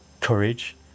courage